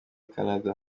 canada